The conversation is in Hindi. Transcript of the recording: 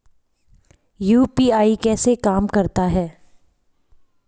यू.पी.आई कैसे काम करता है?